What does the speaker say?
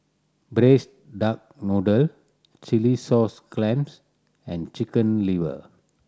Braised Duck Noodle chilli sauce clams and Chicken Liver